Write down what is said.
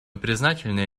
признательны